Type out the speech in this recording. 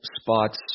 spots